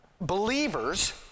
believers